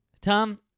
Tom